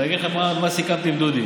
ואני אגיד לך מה סיכמתי עם דודי.